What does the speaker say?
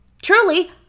Truly